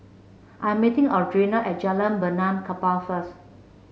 I'm meeting Audrina at Jalan Benaan Kapal first